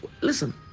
listen